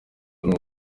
mbone